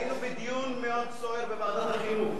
אני מתנצל, היינו בדיון מאוד סוער בוועדת החינוך.